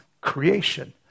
Creation